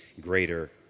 greater